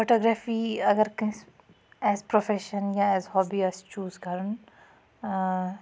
photography اَگَر کٲنٛسہِ as profession یا ایز ہابی آسہِ چوٗز کَرُن